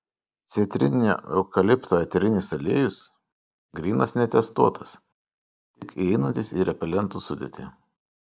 citrininio eukalipto eterinis aliejus grynas netestuotas tik įeinantis į repelentų sudėtį